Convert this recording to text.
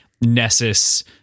nessus